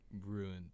ruined